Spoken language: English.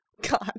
god